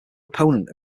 opponent